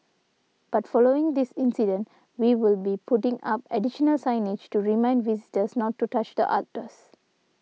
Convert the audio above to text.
but following this incident we will be putting up additional signage to remind visitors not to touch the otters